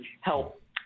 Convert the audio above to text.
help